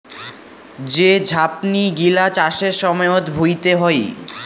যে ঝাপনি গিলা চাষের সময়ত ভুঁইতে হই